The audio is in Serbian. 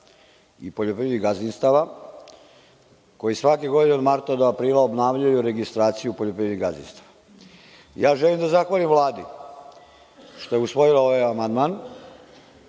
i poljoprivrednih gazdinstava, koji svake godine od marta do aprila obnavljaju registraciju poljoprivrednih gazdinstava, ja želim da zahvalim Vladi što je usvojila ovaj amandman